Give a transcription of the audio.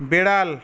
বেড়াল